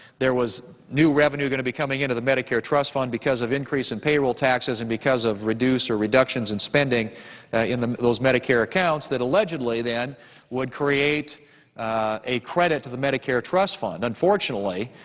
there was new revenue going to be coming into the medicare trust fund because of increase in payroll taxes and because of reduce or reductions in spending in those medicare accounts that allegedly then would create a credit to the medicare trust fund. unfortunately,